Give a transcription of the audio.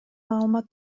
маалымат